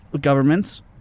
governments